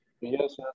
Yes